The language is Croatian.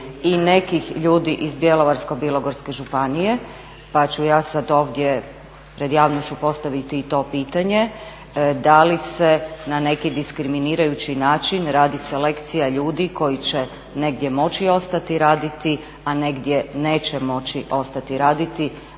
i nekih ljudi iz Bjelovarsko-bilogorske županije pa ću ja sada ovdje pred javnošću postaviti i to pitanje, da li se na neki diskriminirajući način radi selekcija ljudi koji će negdje moći ostati raditi, a negdje neće moći ostati raditi?